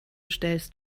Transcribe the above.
stellst